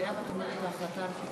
הצעת ועדת החוקה, חוק